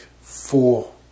four